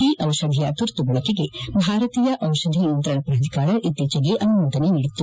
ಈ ದಿಷಧಿಯ ತುರ್ತು ಬಳಕೆಗೆ ಭಾರತೀಯ ಔಷಧಿ ನಿಯಂತ್ರಣ ಪಾಧಿಕಾರ ಇತ್ತೀಚೆಗೆ ಅನುಮೋದನೆ ನೀಡಿತ್ತು